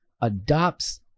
adopts